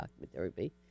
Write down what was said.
documentary